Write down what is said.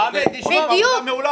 חמד, אני אשמע אותם.